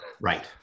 Right